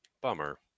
bummer